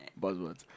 Buzzwords